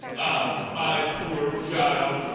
ah! my poor child!